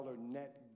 net